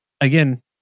again